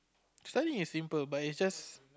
studying is simple but is just